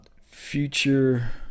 Future